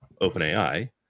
OpenAI